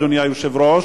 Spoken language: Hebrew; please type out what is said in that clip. אדוני היושב-ראש,